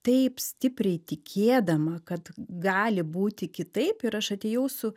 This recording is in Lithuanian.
taip stipriai tikėdama kad gali būti kitaip ir aš atėjau su